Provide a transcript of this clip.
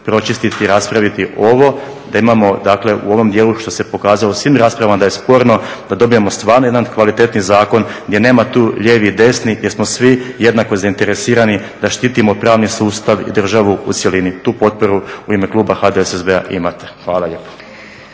pročistiti i raspraviti ovo da imamo dakle u ovom dijelu što se pokazalo u svim raspravama da je sporno da dobijemo stvarno jedan kvalitetni zakon gdje nema tu lijevi, desni, gdje smo svi jednako zainteresirani da štitimo pravni sustav i državu u cjelini. Tu potporu u ime kluba HDSSB-a imate. Hvala lijepo.